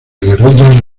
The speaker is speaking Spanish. guerrillas